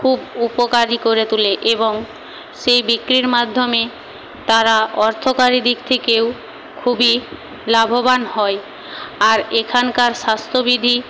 খুব উপকারই করে তোলে এবং সেই বিক্রির মাধ্যমে তারা অর্থকরি দিক থেকেও খুবই লাভবান হয় আর এখানকার স্বাস্থ্যবিধি